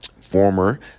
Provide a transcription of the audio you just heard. former